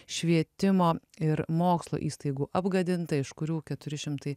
švietimo ir mokslo įstaigų apgadinta iš kurių keturi šimtai